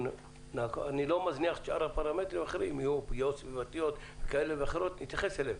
אני לא מזניח פרמטרים אחרים ונתייחס אליהם,